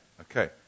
okay